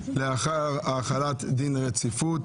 לאחר החלת דין רציפות.